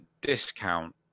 discount